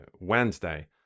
Wednesday